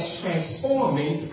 transforming